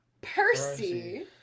Percy